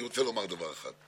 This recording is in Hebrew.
שמעתי קודם את מכובדי השר אלקין,